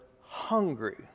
hungry